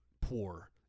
poor